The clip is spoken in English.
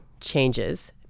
changes